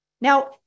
Now